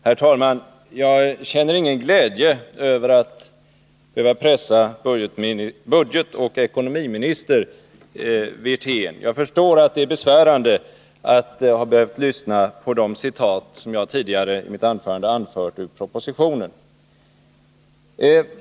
Herr talman! Jag känner ingen glädje över att behöva pressa budgetoch ekonomiminister Wirtén. Jag förstår att det är besvärande att ha behövt lyssna till de citat som jag tidigare anfört ur propositionen.